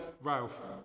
Ralph